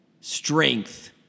strength